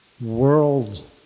world